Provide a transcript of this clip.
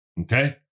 Okay